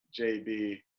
JB